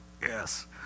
Yes